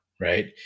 right